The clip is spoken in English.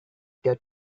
that